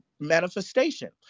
manifestation